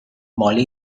مالی